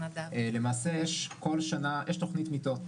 למעשה יש כל שנה, יש תוכנית מיטות,